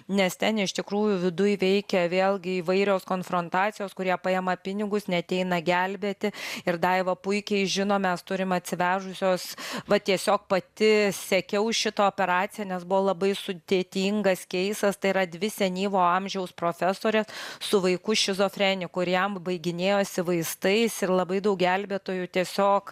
nes ten iš tikrųjų viduj veikia vėlgi įvairios konfrontacijos kurie paima pinigus neateina gelbėti ir daiva puikiai žino mes turim atsivežusios va tiesiog pati sekiau šitą operaciją nes buvo labai sudėtingas keisas tai yra dvi senyvo amžiaus profesorės su vaiku šizofreniku ir jam baiginėjosi vaistai jis ir labai daug gelbėtojų tiesiog